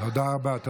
תודה רבה.